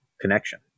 connection